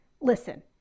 Listen